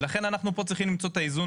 ולכן אנחנו פה צריכים למצוא את האיזון